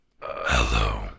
Hello